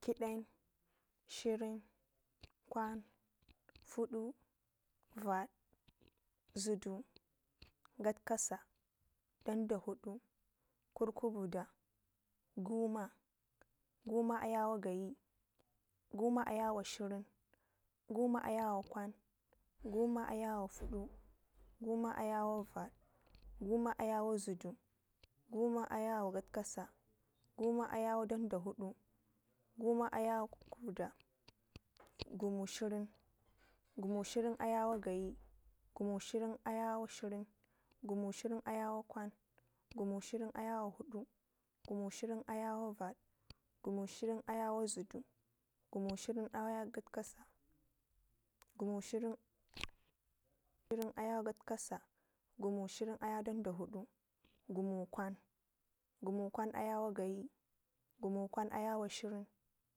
Kɘden, shirin, kwan, fudu, vad, ziddu, katkasa, dandafudu, kudkuvida, guma, guma ayawo gayi, guma ayawo shirin, gume ayawo kwan, guma'ayawo fudu, guma ayawovad, gumaaywo zudu guma ayowa gatkasa, gumaaya wodandafudu, gumaayaw1 ku tkuvidda. gumushirin, gumushirin ayawo gayi, gumushirin ayawo shirin, gumushirin ayawo kwan, gumushirin ayawo fudu, gumushirin ayawovad, gumushiri nayawo zudu, gumushirin ayawo gatkasa, gumushirin ayawo gatkasa. gumushirin ayawo danda fudu, gumukwan, gumukwan ayawo gayi, gumu kwan ayawo shirin